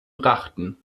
brachten